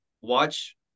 watch